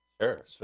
Sure